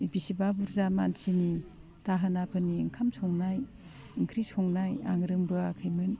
बेसेबा बुरजा मानसिनि दाहोनाफोरनि ओंखाम संनाय ओंख्रि संनाय आं रोंबोआखैमोन